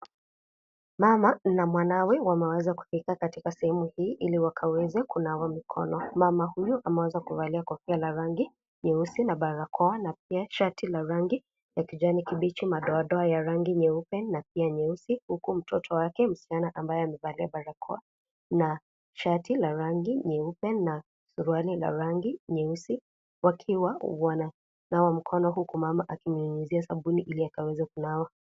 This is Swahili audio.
Mama na mwanawe wameweza kufika katika sehemu hii ili wakaweze kunawa mikono. Mama huyu ameweza kuvalia kofia la rangi nyeusi na barakoa, na pia shati la rangi ya kijani kibichi madoadoa ya rangi nyeupe na pia nyeusi, huku mtoto wake msichana ambaye amevalia barakoa na shati la rangi nyeupe na suruali la rangi nyeusi wakiwa wananawa mkono huku mama akimnyunyizia sabuni ili akaweze kunawa.